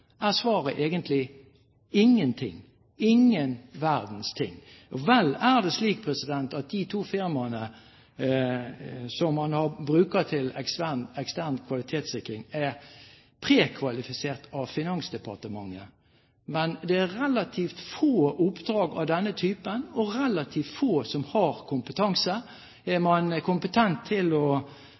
er svaret egentlig: ingenting – ingen verdens ting. Vel er det slik at de to firmaene som man bruker til ekstern kvalitetssikring, er prekvalifisert av Finansdepartementet, men det er relativt få oppdrag av denne typen, og relativt få som har kompetanse. Er man kompetent til å